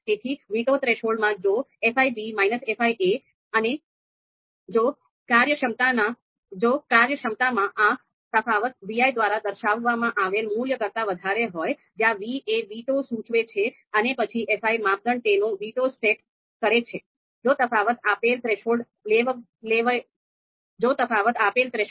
તેથી વીટો થ્રેશોલ્ડમાં જો fi fi અને જો કાર્યક્ષમતામાં આ તફાવત vi દ્વારા દર્શાવવામાં આવેલ મૂલ્ય કરતાં વધારે હોય જ્યાં v એ વીટો સૂચવે છે અને પછી fi માપદંડ તેનો વીટો સેટ કરે છે